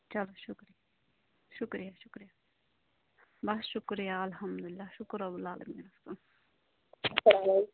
چلو شُکریہ شُکریہ بس شُکریہ الحمدُاللہ شُکُر رُب العا لمیٖنس کُن